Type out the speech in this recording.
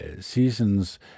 seasons